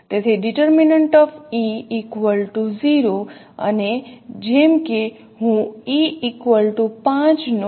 તેથી det0 અને જેમ કે હું E5 નો d